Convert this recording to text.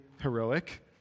heroic